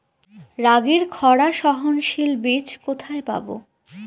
রাগির খরা সহনশীল বীজ কোথায় পাবো?